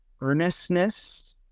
earnestness